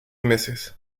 meses